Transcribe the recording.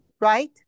right